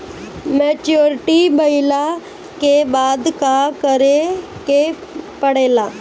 Maturity भईला के बाद का करे के पड़ेला?